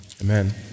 Amen